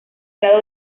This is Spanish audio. grado